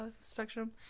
spectrum